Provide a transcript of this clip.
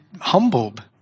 humbled